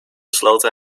sloten